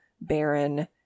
baron